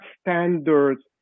standards